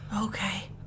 Okay